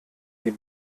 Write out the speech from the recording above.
die